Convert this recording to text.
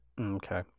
okay